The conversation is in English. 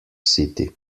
city